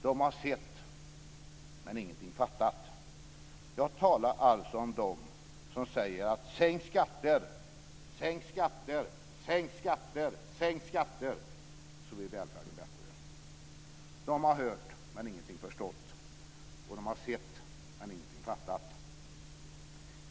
De har sett men ingenting fattat. Jag talar om dem som säger: Sänk skatter, sänk skatter, sänk skatter, sänk skatter så blir välfärden bättre. De har hört men ingenting förstått och de har sett men ingenting fattat.